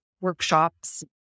workshops